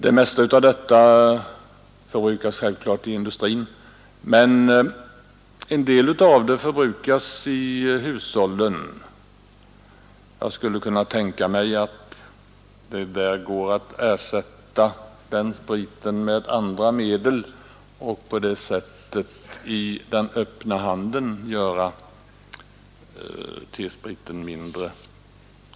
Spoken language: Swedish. Det mesta går självfallet till industrin, men en del förbrukas i hushållen. Jag skulle kunna tänka mig att man där kan ersätta den spriten med andra medel och på det sättet göra T-spriten mindre lättillgänglig i den öppna handeln.